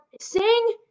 sing